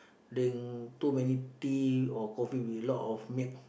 drink too many tea or coffee with a lot of milk